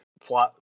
plot